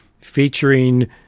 featuring